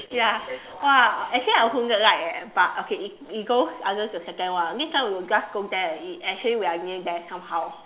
ya !wah! actually I also like eh but okay it it goes under the second one next time we will just go there and eat actually we are near there somehow